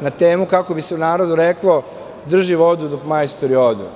na temu, kako bi se u narodu reklo – drži vodu dok majstori odu.